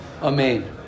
Amen